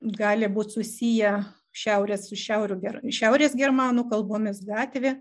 gali būt susiję šiaurės šiaurės šiaurės germanų kalbomis gatvė